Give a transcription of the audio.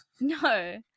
No